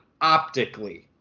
optically